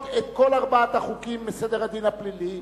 על כל ארבעת החוקים בסדר הדין הפלילי